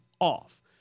off